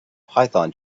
python